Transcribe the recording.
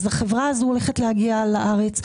החברה הזאת הולכת להגיע לארץ,